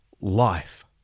life